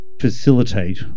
facilitate